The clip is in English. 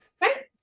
Right